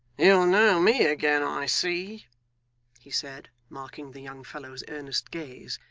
you'll know me again, i see he said, marking the young fellow's earnest gaze,